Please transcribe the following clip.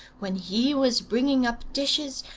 when he was bringing up dishes,